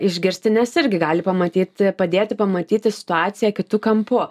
išgirsti nes irgi gali pamatyt padėti pamatyti situaciją kitu kampu